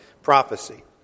Prophecy